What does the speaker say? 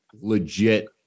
legit